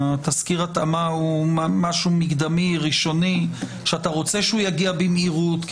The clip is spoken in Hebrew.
תסקיר ההתאמה הוא משהו מקדמי ראשוני שאתה רוצה שהוא יגיע במהירות.